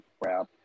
crap